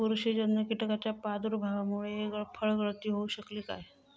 बुरशीजन्य कीटकाच्या प्रादुर्भावामूळे फळगळती होऊ शकतली काय?